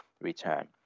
return